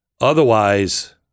Otherwise